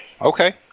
Okay